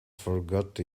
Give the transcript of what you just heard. forget